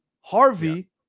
Harvey